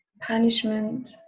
punishment